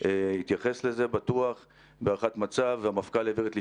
אני חושב שאנחנו יכולים להכפיל כוח באמצעות ראשי הערים,